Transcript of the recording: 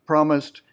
Promised